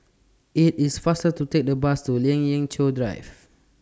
IT IS faster to Take The Bus to Lien Ying Chow Drive